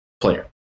player